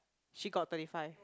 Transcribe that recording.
she got thirty five